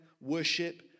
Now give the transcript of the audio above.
worship